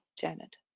Janet